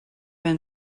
been